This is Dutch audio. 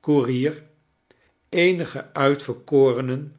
koerier eenige uitverkorenen